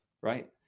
right